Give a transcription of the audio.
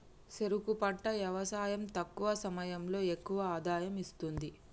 చెరుకు పంట యవసాయం తక్కువ సమయంలో ఎక్కువ ఆదాయం ఇస్తుంది